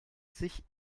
sich